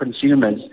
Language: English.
consumers